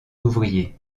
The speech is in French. ouvriers